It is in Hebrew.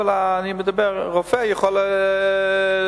אני מדבר, רופא יכול לעבוד.